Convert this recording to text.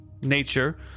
nature